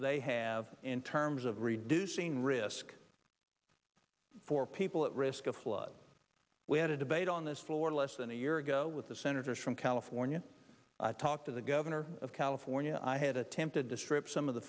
they have in terms of reducing risk for people at risk of floods we had a debate on this floor less than a year ago with the senators from california talked to the governor of california i had attempted to strip some of the